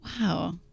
Wow